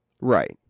right